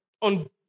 on